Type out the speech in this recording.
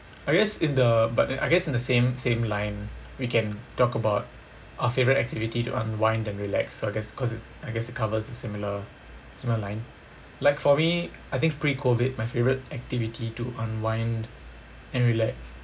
I guess in the but I guess in the same same line we can talk about our favourite activity to unwind and relax so I guess because it I guess it covers a similar similar line like for me I think pre-COVID my favourite activity to unwind and relax